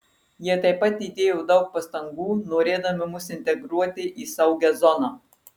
jie taip pat įdėjo daug pastangų norėdami mus integruoti į saugią zoną